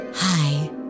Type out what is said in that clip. Hi